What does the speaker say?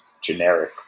generic